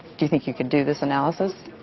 do you think you could do this analysis?